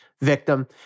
victim